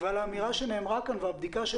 ועל האמירה שנאמרה כאן והבדיקה של